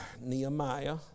Nehemiah